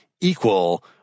equal